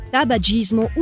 Tabagismo